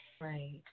Right